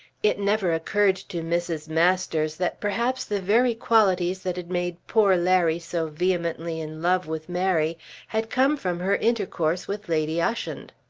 it never occurred to mrs. masters that perhaps the very qualities that had made poor larry so vehemently in love with mary had come from her intercourse with lady ushant.